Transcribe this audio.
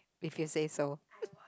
if you say so